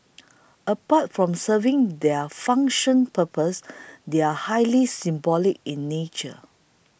apart from serving their functional purpose they are highly symbolic in nature